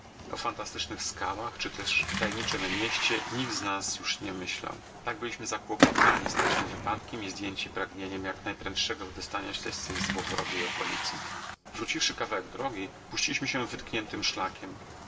fantastycznych skałach czy też tajemniczem mieście nikt z nas już nic myślał tak byliśmy zakłopotani strasznym wypadkiem i zdjęci pragnieniem jak najprędszego wydostania się z tej złowrogiej okolicy wróciwszy kawałek drogi puściliśmy się wytkniętym szlakiem